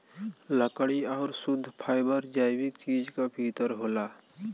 लकड़ी आउर शुद्ध फैबर जैविक चीज क भितर होला